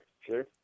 sure